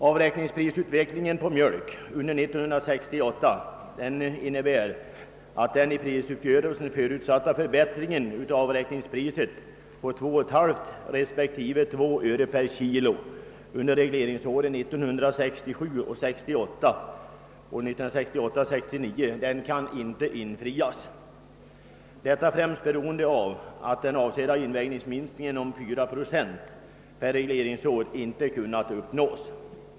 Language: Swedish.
Avräkningsprisutvecklingen på mjölk under 1968 innebär att den i prisuppgörelsen förutsatta förbättringen av avräkningspriset på 2,5 öre respektive 2 öre per kilo under regleringsåren 1967 69 inte kan infrias, detta främst beroende på att den avsedda invägningsminskningen på 4 procent per regleringsår inte kunnat uppnås.